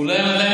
אולי הם עדיין